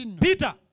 Peter